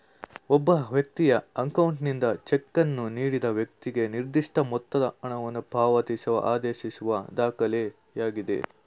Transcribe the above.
ಒಬ್ಬ ವ್ಯಕ್ತಿಯ ಅಕೌಂಟ್ನಿಂದ ಚೆಕ್ ಅನ್ನು ನೀಡಿದ ವೈಕ್ತಿಗೆ ನಿರ್ದಿಷ್ಟ ಮೊತ್ತದ ಹಣವನ್ನು ಪಾವತಿಸುವ ಆದೇಶಿಸುವ ದಾಖಲೆಯಾಗಿದೆ